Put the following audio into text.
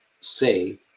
say